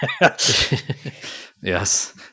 yes